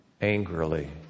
angrily